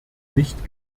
nicht